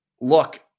Look